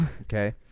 Okay